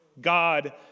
God